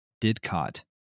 Didcot